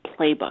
playbook